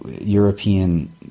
European